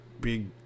big